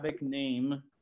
name